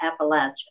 Appalachia